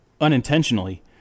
unintentionally